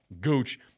gooch